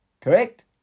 Correct